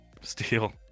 steal